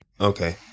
Okay